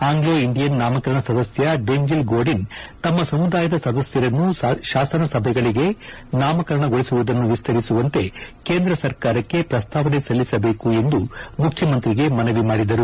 Anglo Indian ನಾಮಕರಣ ಸದಸ್ಯ Denzil Godin ತಮ್ನ ಸಮುದಾಯದ ಸದಸ್ಯರನ್ನು ಶಾಸನಸಭೆಗಳಿಗೆ ನಾಮಕರಣಗೊಳಿಸುವುದನ್ನು ವಿಸ್ತರಿಸುವಂತೆ ಕೇಂದ್ರ ಸರ್ಕಾರಕ್ಕೆ ಪ್ರಸ್ತಾವನೆ ಸಲ್ಲಿಸಬೇಕು ಎಂದು ಮುಖ್ಯಮಂತ್ರಿಗೆ ಮನವಿ ಮಾಡಿದರು